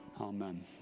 Amen